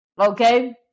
okay